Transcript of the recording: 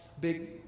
big